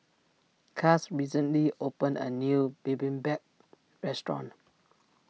Cass recently opened a new Bibimbap restaurant